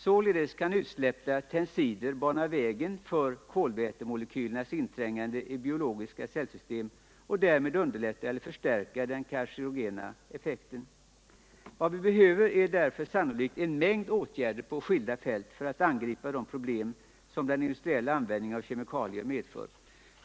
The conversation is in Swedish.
Således kan utsläppta tensider bana väg för kolvätemolekylernas inträngande i biologiska cellsystem och därmed underlätta eller förstärka den carcinogena effekten. Vad vi behöver är därför sannolikt en mängd åtgärder på skilda fält för att angripa de problem som den industriella användningen av kemikalier medför.